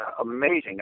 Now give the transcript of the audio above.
amazing